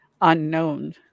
unknown